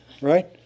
right